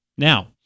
Now